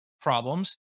problems